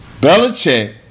Belichick